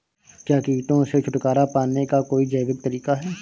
क्या कीटों से छुटकारा पाने का कोई जैविक तरीका है?